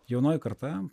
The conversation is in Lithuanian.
jaunoji karta